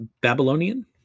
Babylonian